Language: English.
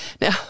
Now